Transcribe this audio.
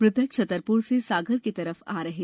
मृतक छत्तरप्र से सागर की तरफ आ रहे थे